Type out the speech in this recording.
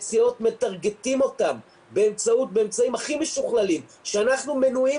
מטרגטים באותם אמצעים הכי משוכללים שאנחנו מנועים